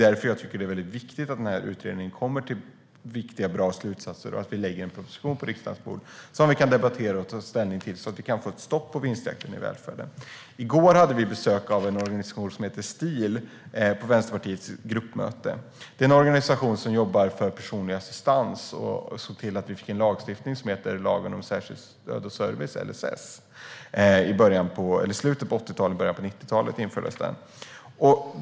Därför tycker jag att det är viktigt att den här utredningen kommer till viktiga och bra slutsatser och att vi får en proposition på riksdagens bord som vi kan debattera och ta ställning till, så att vi kan få ett stopp på vinstjakten i välfärden. I går hade vi besök av en organisation som heter STIL på Vänsterpartiets gruppmöte. Det är en organisation som jobbar för personlig assistans och som såg till att vi fick en lagstiftning som heter lagen om stöd och service, LSS, som infördes i början på 90-talet.